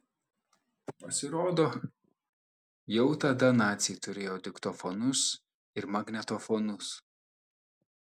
pasirodo jau tada naciai turėjo diktofonus ir magnetofonus